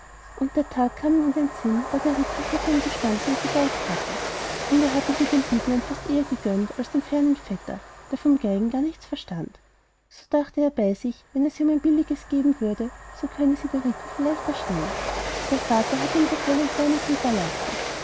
und der tag kam ihm in den sinn da der rico hier vor ihm gestanden und gegeigt hatte und er hätte sie dem büblein fast eher gegönnt als einem fernen vetter der vom geigen gar nichts verstand so dachte er bei sich wenn er sie um ein billiges geben würde so könnte sie der rico vielleicht erstehen der vater hatte ihm doch wohl ein kleines hinterlassen